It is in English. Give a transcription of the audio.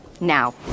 Now